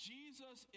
Jesus